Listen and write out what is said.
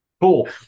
cool